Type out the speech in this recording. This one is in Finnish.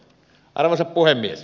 arvoisa puhemies